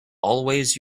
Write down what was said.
always